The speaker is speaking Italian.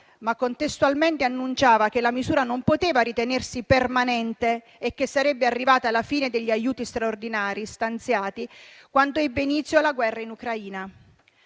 ma contestualmente annunciava che la misura non poteva ritenersi permanente e che sarebbe arrivata alla fine degli aiuti straordinari stanziati quando ebbe inizio la guerra in Ucraina.